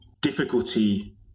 difficulty